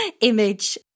image